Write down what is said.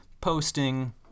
posting